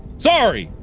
sorry!